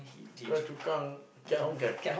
Choa Chu Kang drive home can